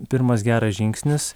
pirmas geras žingsnis